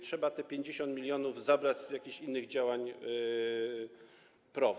Trzeba te 50 mln zabrać z jakichś innych działań PROW.